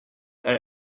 are